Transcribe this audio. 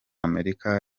amerika